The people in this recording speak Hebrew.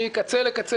מקצה לקצה,